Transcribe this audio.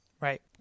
Right